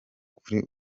kuri